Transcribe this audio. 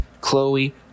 chloe